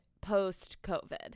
post-COVID